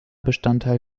bestandteil